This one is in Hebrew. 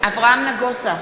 אברהם נגוסה,